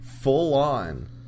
full-on